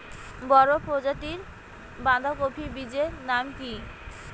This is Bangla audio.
বড় প্রজাতীর বাঁধাকপির বীজের নাম কি?